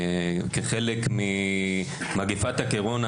כחלק ממגפת הקורונה,